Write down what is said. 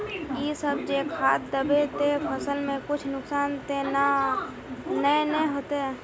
इ सब जे खाद दबे ते फसल में कुछ नुकसान ते नय ने होते